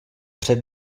před